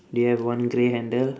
they have one grey handle